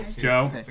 Joe